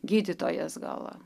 gydytojas gal